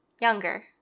younger